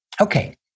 Okay